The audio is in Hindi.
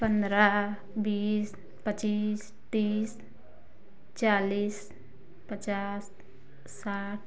पंद्रह बीस पच्चीस तीस चालीस पचास साठ